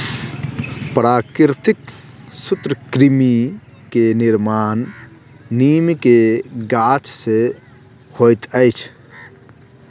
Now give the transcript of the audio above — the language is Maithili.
प्राकृतिक सूत्रकृमि के निर्माण नीम के गाछ से होइत अछि